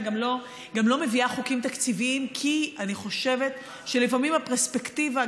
אני גם לא מביאה חוקים תקציביים כי אני חושבת שלפעמים הפרספקטיבה,